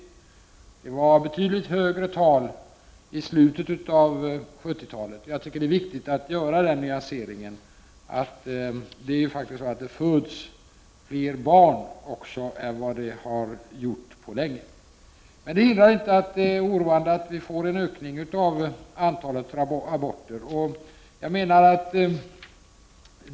Det var betydligt högre tal i slutet av 70-talet. Jag tycker alltså att det är viktigt att nyansera bilden genom att framhålla att det faktiskt föds fler barn än på länge. Men ändå är det oroande att antalet aborter ökar.